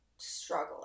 struggling